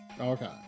Okay